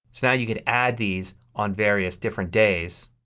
so now you could add these on various different days